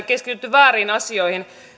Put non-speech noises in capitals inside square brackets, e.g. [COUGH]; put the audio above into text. [UNINTELLIGIBLE] keskitytty vääriin asioihin